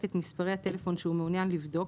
את מספרי הטלפון שהוא מעוניין לבדוק,